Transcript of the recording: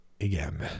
again